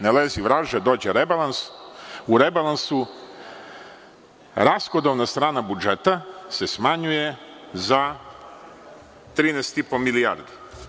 Ne lezi vraže, dođe rebalans, a u rebalansu rashodovna strana budžeta se smanjuje za 13,5 milijardi.